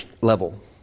level